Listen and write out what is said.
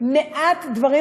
מעט דברים,